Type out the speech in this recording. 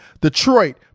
Detroit